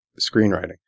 screenwriting